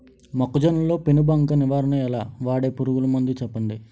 మొక్కజొన్న లో పెను బంక నివారణ ఎలా? వాడే పురుగు మందులు చెప్పండి?